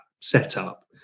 setup